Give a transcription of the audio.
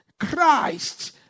Christ